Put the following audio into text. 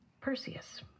Perseus